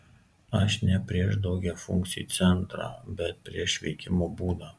aš ne prieš daugiafunkcį centrą bet prieš veikimo būdą